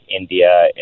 India